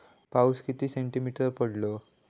पाऊस किती सेंटीमीटर पडलो?